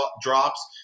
drops